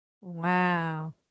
Wow